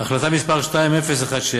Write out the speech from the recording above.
החלטה מס' 2017,